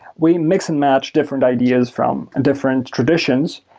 we mix and match different ideas from different traditions,